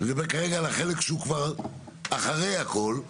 אני מדבר כרגע על החלק שהוא כבר אחרי הכל,